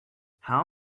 how